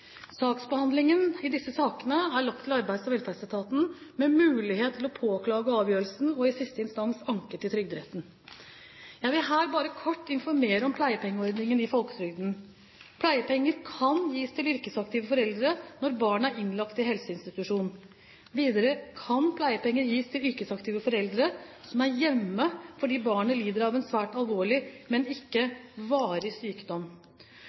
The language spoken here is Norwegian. Saksbehandlingen i disse sakene er lagt til Arbeids- og velferdsetaten, med mulighet til å påklage avgjørelsen og i siste instans anke til Trygderetten. Jeg vil her bare kort informere om pleiepengeordningen i folketrygden. Pleiepenger kan gis til yrkesaktive foreldre når barnet er innlagt i helseinstitusjon. Videre kan pleiepenger gis til yrkesaktive foreldre som er hjemme fordi barnet lider av en svært alvorlig, men ikke varig sykdom.